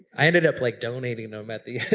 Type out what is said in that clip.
i ended up like donating them at the end,